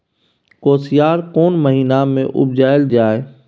कोसयार कोन महिना मे उपजायल जाय?